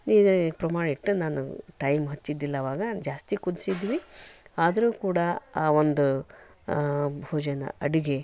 ಹೀಗೆ ಕ್ರಮ ಇಟ್ಟು ನಾನು ಟೈಮ್ ಹಚ್ಚಿದ್ದಿಲ್ಲ ಅವಾಗ ಜಾಸ್ತಿ ಕುದಿಸಿದ್ವಿ ಆದರೂ ಕೂಡ ಆ ಒಂದು ಭೋಜನ ಅಡುಗೆ